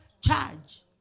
Charge